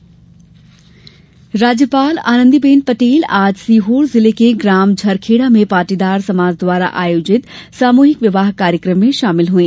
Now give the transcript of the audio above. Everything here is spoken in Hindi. राज्यपाल राज्यपाल आनंदीबेन पटेल आज सीहोर जिले के ग्राम झरखेड़ा में पाटीदार समाज द्वारा आयोजित सामूहिक विवाह कार्यक्रम में शामिल हई